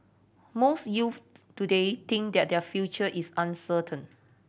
most youths today think that their future is uncertain